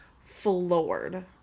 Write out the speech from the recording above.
floored